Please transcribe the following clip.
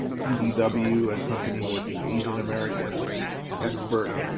tdw and company was the asian american expert.